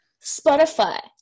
spotify